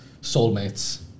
Soulmates